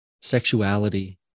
sexuality